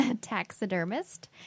taxidermist